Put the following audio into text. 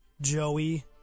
Joey